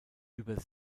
über